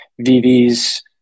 vv's